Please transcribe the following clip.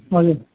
हजुर